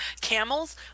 camels